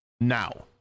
now